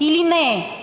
или не е,